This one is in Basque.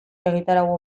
egitarau